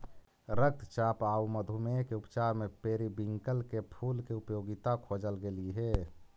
रक्तचाप आउ मधुमेह के उपचार में पेरीविंकल के फूल के उपयोगिता खोजल गेली हे